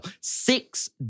Six